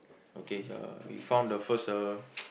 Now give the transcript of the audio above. okay uh we found the first uh